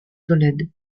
tolède